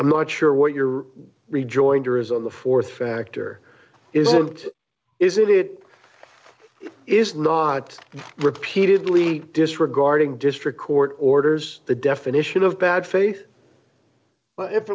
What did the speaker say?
i'm not sure what your rejoinder is on the th factor isn't is it it is not repeatedly disregarding district court orders the definition of bad faith but if